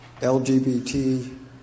LGBT